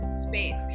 space